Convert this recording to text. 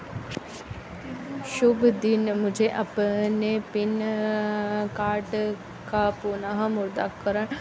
शुभ दिन मुझे अपने पिन कार्ड का पुनः मुदाकरण